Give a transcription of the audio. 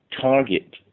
target